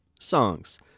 songs